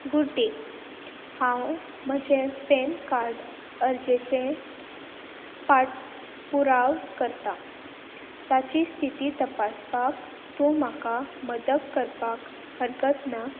good day हांव म्हजें PAN card अर्जेचें पाट पुराव करतां ताची स्थिती तपासपाक तूं म्हाका मदत करपाक हरकत ना